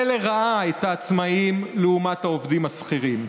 לרעה את העצמאים לעומת העובדים השכירים,